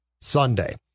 Sunday